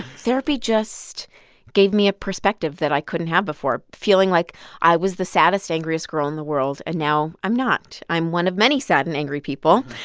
therapy just gave me a perspective that i couldn't have before, feeling like i was the saddest, angriest girl in the world, and now i'm not. i'm one of many sad and angry people.